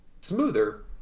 smoother